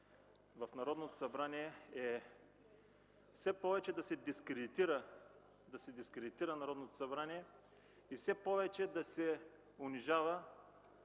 в Народното събрание е все повече да се дискредитира Народното събрание и все повече да се унижава